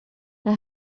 jag